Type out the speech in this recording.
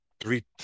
three